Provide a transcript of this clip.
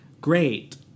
great